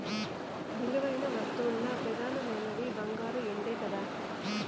విలువైన వస్తువుల్ల పెదానమైనవి బంగారు, ఎండే కదా